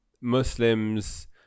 Muslims